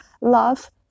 Love